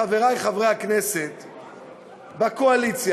חברי חברי הכנסת בקואליציה,